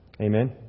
Amen